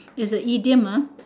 is a idiom ah